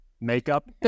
makeup